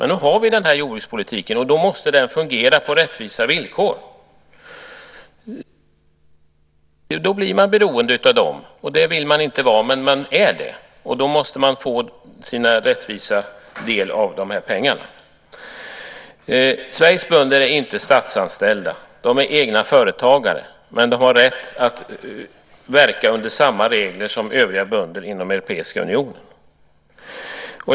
Nu har vi emellertid den jordbrukspolitik vi har, och då måste den fungera på rättvisa villkor. Bönderna är beroende av den, vilket de egentligen inte vill vara, och därför måste de få sin rättmätiga del av pengarna. Sveriges bönder är inte statsanställda. De är egenföretagare. De har dock rätt att verka under samma regler som övriga bönder inom Europeiska unionen.